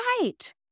right